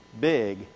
big